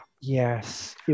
Yes